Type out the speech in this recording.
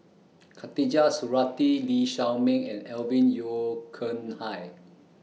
Khatijah Surattee Lee Shao Meng and Alvin Yeo Khirn Hai